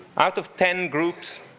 out of ten groups,